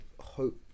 hope